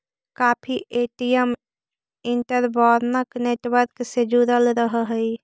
काफी ATM interbank network से जुड़ल रहऽ हई